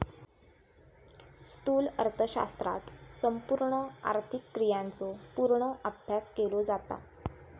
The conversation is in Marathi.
स्थूल अर्थशास्त्रात संपूर्ण आर्थिक क्रियांचो पूर्ण अभ्यास केलो जाता